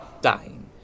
dying